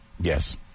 Yes